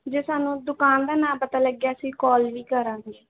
ਜੇ ਸਾਨੂੰ ਦੁਕਾਨ ਦਾ ਨਾ ਪਤਾ ਲੱਗਿਆ ਅਸੀਂ ਕੌਲ ਵੀ ਕਰਾਂਗੇ